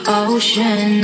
ocean